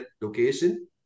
location